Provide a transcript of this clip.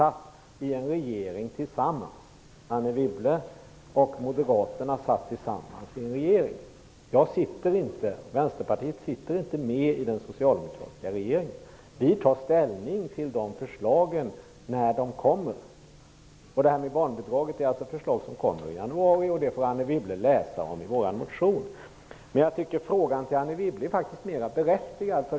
Anne Wibble satt tillsammans med Moderaterna i en regering. Vänsterpartiet sitter inte med i den socialdemokratiska regeringen. Vi tar ställning till förslagen när de kommer. Förslaget beträffande barnbidraget kommer i januari, och Anne Wibble får läsa om detta i vår motion. Jag tycker att frågan till Anne Wibble är mera berättigad.